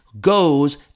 goes